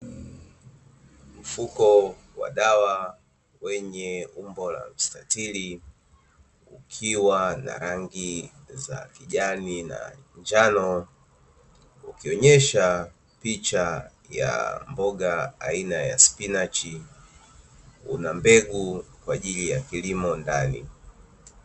Mfuko wa dawa, wenye umbo la mstatiri ukiwa na rangi za kijani na njano ukionyesha picha ya mboga aina ya spinachi una mbegu kwaajili ya kilimo ndani.